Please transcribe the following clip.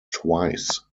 twice